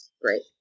great